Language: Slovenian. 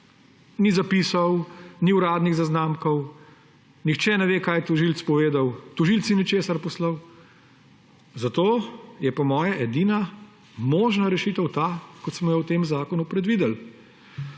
ni zapisal, ni uradnih zaznamkov, nihče ne ve, kaj je tožilec povedal, tožilec ni ničesar poslal. Zato je po moje edina možna rešitev ta, kot smo jo v tem zakonu predvideli.